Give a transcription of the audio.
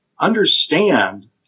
understand